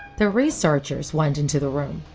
the researchers went into the room.